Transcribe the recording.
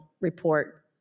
report